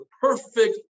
perfect